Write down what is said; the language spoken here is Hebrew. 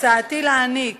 הצעתי להעניק